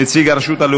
3),